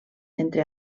entre